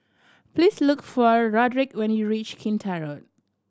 please look for Rodrick when you reach Kinta Road